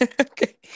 Okay